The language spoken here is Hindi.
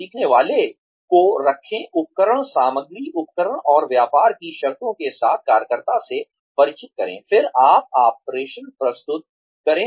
सीखने वाले को रखें उपकरण सामग्री उपकरण और व्यापार की शर्तों के साथ कार्यकर्ता को परिचित करें